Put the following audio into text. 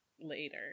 later